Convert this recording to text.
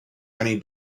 many